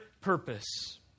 purpose